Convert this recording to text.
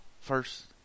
First